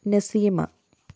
Naseema